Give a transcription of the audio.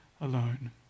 alone